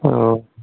অঁ